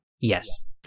Yes